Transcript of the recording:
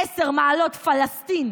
עשר מעלות פלסטין,